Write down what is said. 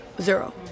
Zero